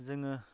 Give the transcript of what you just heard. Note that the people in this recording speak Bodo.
जोङो